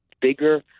bigger